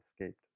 escaped